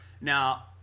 now